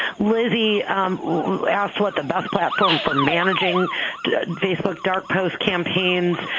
lizzie asked, what the best platform for managing facebook dark posts campaigns